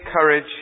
courage